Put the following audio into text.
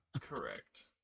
Correct